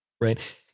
right